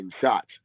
shots